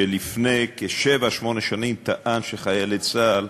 שלפני כשבע-שמונה שנים טען שחיילי צה"ל,